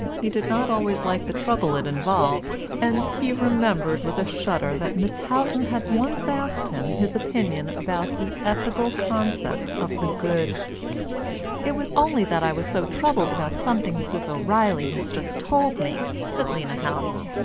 he did not always like the trouble it involved, and he remembered with a shudder that miss houghton had once asked him his opinion about the ethical concept of the good it was only that i was so troubled about something mrs. o'reilly has just told me, said lena houghton.